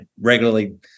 regularly –